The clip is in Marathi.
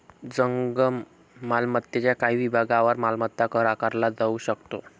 जंगम मालमत्तेच्या काही विभागांवर मालमत्ता कर आकारला जाऊ शकतो